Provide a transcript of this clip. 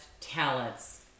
talents